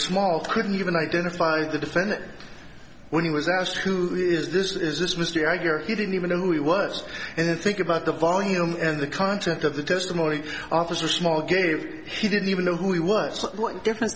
small couldn't even identify the defendant when he was asked who is this is this mystery i guess he didn't even know who he was and then think about the volume and the content of the testimony officer small gave he didn't even know who he was what differen